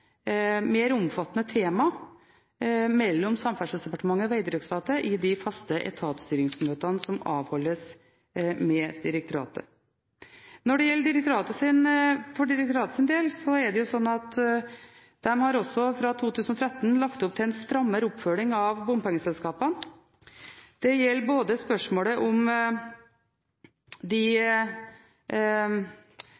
mer omfattende tema mellom Samferdselsdepartementet og Vegdirektoratet i de faste etatsstyringsmøtene som avholdes med direktoratet. For direktoratets del er det jo slik at de fra 2013 har lagt opp til en strammere oppfølging av bompengeselskapene. Det gjelder både spørsmålet om de